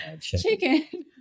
chicken